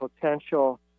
potential